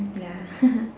ya